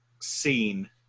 Scene